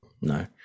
No